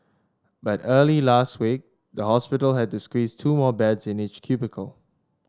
but early last week the hospital had to squeeze two more beds in each cubicle